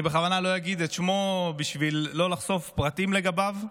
אני בכוונה לא אגיד את שמו בשביל לא לחשוף פרטים לגביו.